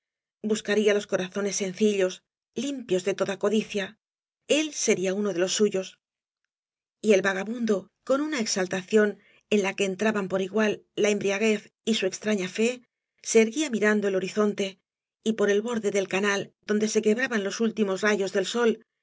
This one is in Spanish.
buscaría loa corazones sencillos limpios de toda codicia él sería uno de los euyos t el vagabundo con una gañas y barro exaltaciód en la que eutraban por igual la embriaguez y bu extraña fe be erguia mirando el horizonte y por el borde del canal donde se quebraban c últíroos rayos del o